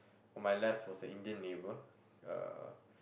on my left was a Indian neighbour uh